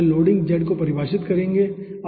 वे loading z को परिभाषित करेंगे ठीक है